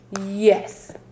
Yes